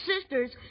sisters